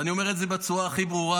ואני אומר את זה בצורה הכי ברורה.